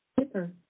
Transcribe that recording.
Zipper